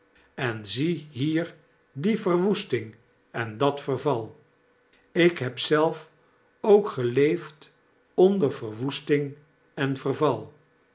en zie hier die verwoesting en dat verval ikheb zelf ook geleefd onder verwoesting en verval